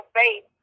faith